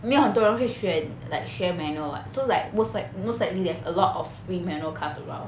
没有很多人会选 like 学 manual [what] so like most like most likely they have a lot of free manual cars around